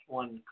one